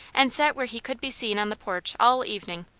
and sat where he could be seen on the porch all evening,